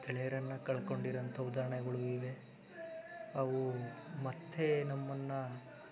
ಗೆಳೆಯರನ್ನು ಕಳ್ಕೊಂಡಿರುವಂಥ ಉದಾರಣೆಗಳು ಇವೆ ಅವು ಮತ್ತೆ ನಮ್ಮನ್ನು